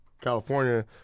California